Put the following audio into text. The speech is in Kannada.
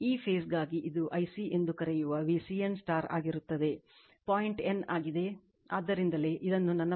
ಈ ಫೇಸ್ ಗಾಗಿ ಇದು Ic ಎಂದು ಕರೆಯುವ VCN ಆಗಿರುತ್ತದೆ ಫೇಸ್